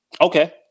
Okay